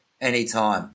anytime